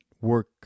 work